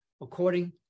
according